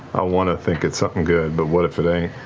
i want to think it's something good, but what if it ain't?